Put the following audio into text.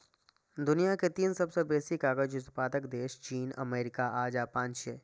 दुनिया के तीन सबसं बेसी कागज उत्पादक देश चीन, अमेरिका आ जापान छियै